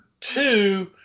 two